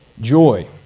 joy